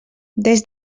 des